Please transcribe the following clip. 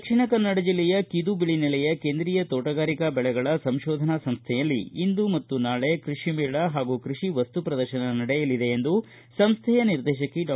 ದಕ್ಷಿಣ ಕನ್ನಡ ಜಿಲ್ಲೆಯ ಕಿದು ಬಿಳನೆಲೆಯ ಕೇಂದ್ರೀಯ ತೋಟಗಾರಿಕಾ ಬೆಳೆಗಳ ಸಂಶೋಧನಾ ಸಂಶೈಯಲ್ಲಿ ಇಂದು ಮತ್ತು ನಾಳೆ ಕೈಷಿಮೇಳ ಹಾಗೂ ಕೈಷಿ ವಸ್ತು ಪ್ರದರ್ಶನ ನಡೆಯಲಿದೆ ಎಂದು ಸಂಸ್ಥೆಯ ನಿರ್ದೇಶಕಿ ಡಾ